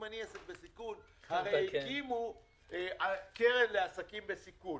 אם אני עסק בסיכון, הרי הקימו קרן לעסקים בסיכון.